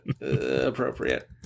appropriate